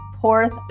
Porth